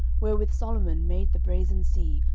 wherewith solomon made the brasen sea,